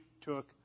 took